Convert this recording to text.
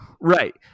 right